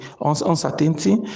uncertainty